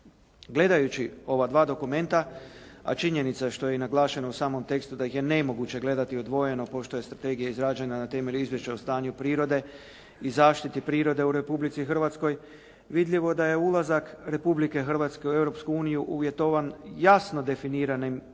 Gledajući ova dokumenta, a činjenica je što je i naglašeno u samom tekstu, da ih je nemoguće gledati odvojeno pošto je strategija izrađena na temelju Izvješća o stanju prirode i zaštiti prirode u Republici Hrvatskoj vidljivo da je ulazak Republike Hrvatske u Europsku uniju uvjetovan jasno definiranim i